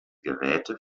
geräte